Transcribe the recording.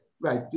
right